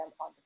on